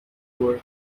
tour